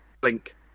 blink